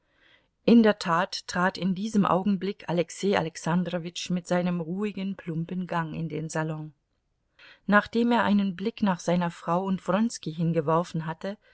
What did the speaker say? in der tat trat in diesem augenblick alexei alexandrowitsch mit seinem ruhigen plumpen gang in den salon nachdem er einen blick nach seiner frau und wronski hin geworfen hatte